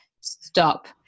Stop